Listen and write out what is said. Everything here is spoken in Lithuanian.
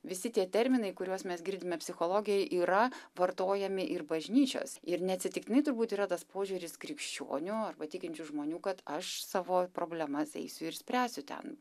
visi tie terminai kuriuos mes girdime psichologijoj yra vartojami ir bažnyčios ir neatsitiktinai turbūt yra tas požiūris krikščionių arba tikinčių žmonių kad aš savo problemas eisiu ir spręsiu ten